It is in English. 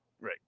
Right